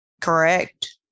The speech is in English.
correct